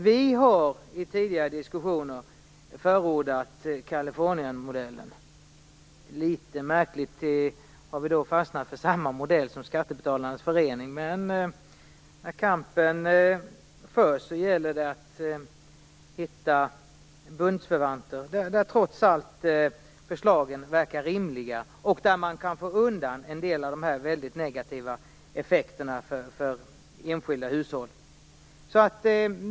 Vi har i tidigare diskussioner förordat Californiamodellen. Det är litet märkligt att vi har fastnat för samma modell som Skattebetalarnas förening, men när kampen förs gäller det att hitta bundsförvanter som har förslag som trots allt verkar rimliga och som innebär att vi kan få bort en del av dessa mycket negativa effekter för enskilda hushåll.